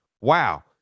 wow